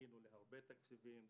זכינו להרבה תקציבים,